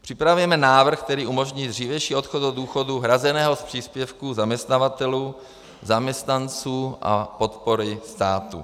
Připravujeme návrh, který umožní dřívější odchod do důchodu hrazeného z příspěvků zaměstnavatelů, zaměstnanců a podpory státu.